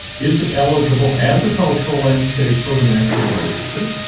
is it eligible as a cultural landscape for the national register?